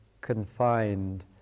confined